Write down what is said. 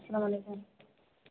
اسلامُ علیکُم